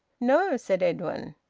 no, said edwin.